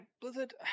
Blizzard